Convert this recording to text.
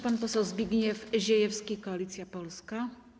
Pan poseł Zbigniew Ziejewski, Koalicja Polska.